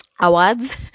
awards